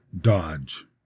Dodge